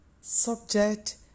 subject